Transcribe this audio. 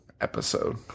episode